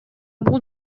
бул